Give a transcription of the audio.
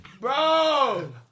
bro